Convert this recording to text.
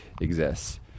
exists